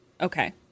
Okay